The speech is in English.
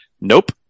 nope